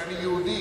שאני יהודי.